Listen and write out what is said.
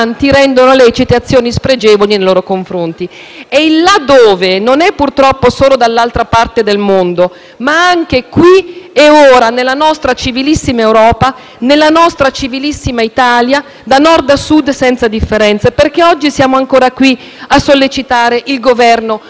E il «là dove» non è purtroppo solo dall'altra parte del mondo ma anche «qui e ora» nella nostra civilissima Europa, nella nostra civilissima Italia, da Nord a Sud senza differenze. Perché oggi siamo ancora qui a sollecitare il Governo con una mozione? Perché oggi siamo ancora qui a manifestare, a portare testimonianze,